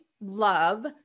love